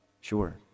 Sure